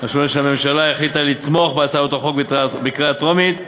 חשבה שהממשלה החליטה לתמוך בהצעות החוק בקריאה טרומית,